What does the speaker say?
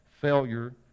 Failure